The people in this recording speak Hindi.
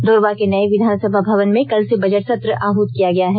ध्र्वा के नए विधानसभा भवन में कल से बजट सत्र आहत किया गया है